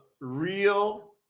real